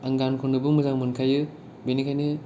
आं गान खननोबो मोजां मोनखायो बेनिखायनो